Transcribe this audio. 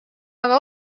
aga